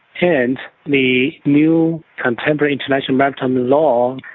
and the new contemporary international maritime law.